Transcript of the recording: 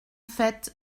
fait